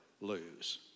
lose